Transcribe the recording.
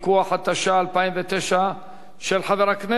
התש"ע 2009,